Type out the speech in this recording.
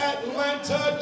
Atlanta